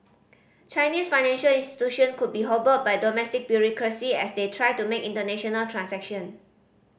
Chinese financial institution could be hobbled by domestic bureaucracy as they try to make international transaction